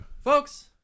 Folks